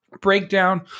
breakdown